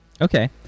Okay